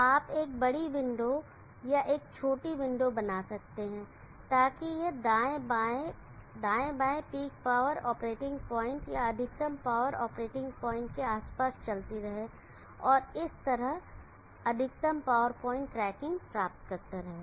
तो आप एक बड़ी विंडो या एक छोटी विंडो बना सकते हैं ताकि यह दाएँ बाएँ दाएँ बाएँ पीक पावर ऑपरेटिंग पॉइंट या अधिकतम पावर ऑपरेटिंग पॉइंट के आसपास चलती रहे और इसी तरह अधिकतम पावर पॉइंट ट्रैकिंग प्राप्त करता रहे